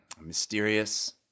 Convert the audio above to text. Mysterious